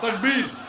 ah be